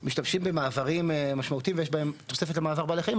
משתמשים במעברים משמעותיים ויש בהם תוספת למעבר בעלי חיים,